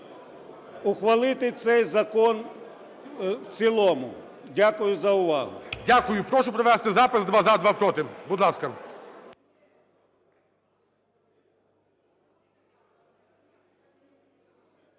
Дякую за увагу.